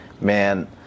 man